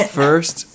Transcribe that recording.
first